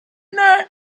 night